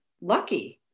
lucky